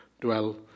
dwell